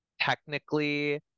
technically